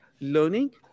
learning